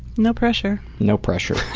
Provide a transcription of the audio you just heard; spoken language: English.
no pressure. no pressure.